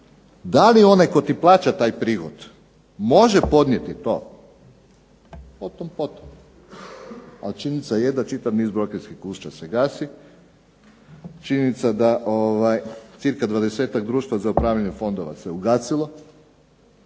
da li je onaj tko ti plaća taj prihod može podnijeti to, o tom potom. Ali činjenica je da čitav niz brokerskih kuća se gasi, činjenica je da cca 20-tak društva za upravljanje fondova se ugasilo